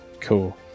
Cool